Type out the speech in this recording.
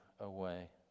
away